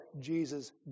Jesus